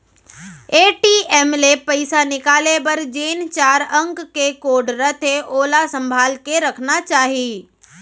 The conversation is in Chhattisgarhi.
ए.टी.एम ले पइसा निकाले बर जेन चार अंक के कोड रथे ओला संभाल के रखना चाही